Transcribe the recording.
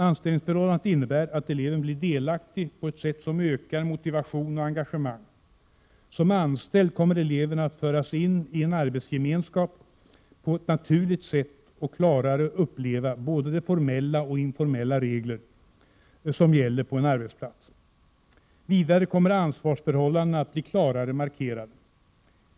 Anställningsförhållandet innebär att eleven blir delaktig på ett sätt som ökar motivation och engagemang. Som anställd kommer eleven att föras in i en arbetsgemenskap på ett naturligt sätt och får klarare uppleva både de formella och de informella regler som gäller på en arbetsplats. Vidare kommer ansvarsförhållandena att bli klarare markerade.